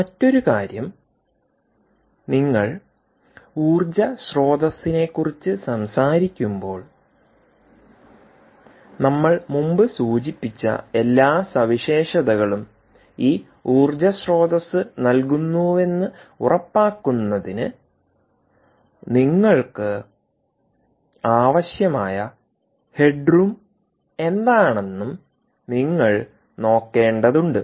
മറ്റൊരു കാര്യം നിങ്ങൾ ഊർജ്ജസ്രോതസ്സിനെ ക്കുറിച്ച് സംസാരിക്കുമ്പോൾ നമ്മൾ മുമ്പ് സൂചിപ്പിച്ച എല്ലാ സവിശേഷതകളും ഈ ഊർജ്ജസ്രോതസ്സ് നൽകുന്നുവെന്ന് ഉറപ്പാക്കുന്നതിന് നിങ്ങൾക്ക് ആവശ്യമായ ഹെഡ് റൂം എന്താണെന്നും നിങ്ങൾ നോക്കേണ്ടതുണ്ട്